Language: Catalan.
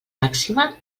màxima